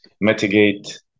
mitigate